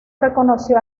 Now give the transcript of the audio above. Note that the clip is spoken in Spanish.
reconoció